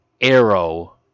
arrow